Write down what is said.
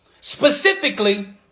Specifically